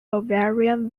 bavarian